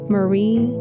Marie